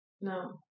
No